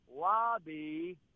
lobby